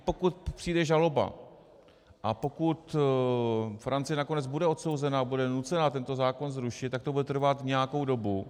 Pokud přijde žaloba a pokud Francie nakonec bude odsouzena, bude nucena tento zákon zrušit, tak to bude trvat nějakou dobu.